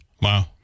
Wow